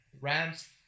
Rams